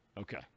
Okay